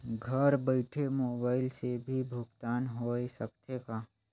घर बइठे मोबाईल से भी भुगतान होय सकथे का?